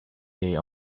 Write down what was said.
day